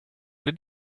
did